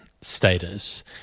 status